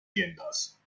tiendas